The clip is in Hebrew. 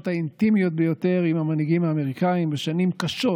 האינטימיות ביותר עם המנהיגים האמריקאים בשנים קשות,